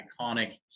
iconic